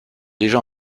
déjà